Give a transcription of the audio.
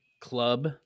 club